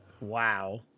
Wow